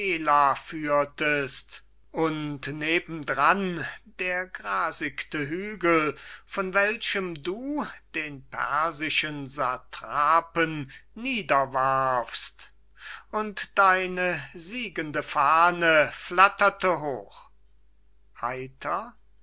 führtest und neben dran der grasigte hügel von welchem du den persischen satrapen niederwarfst und deine siegende fahne flatterte hoch